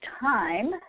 time